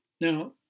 Now